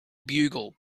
bugle